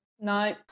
No